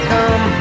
Come